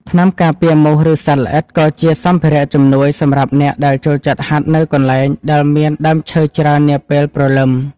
ថ្នាំការពារមូស ឬសត្វល្អិត ក៏ជាសម្ភារៈជំនួយសម្រាប់អ្នកដែលចូលចិត្តហាត់នៅកន្លែងដែលមានដើមឈើច្រើននាពេលព្រលឹម។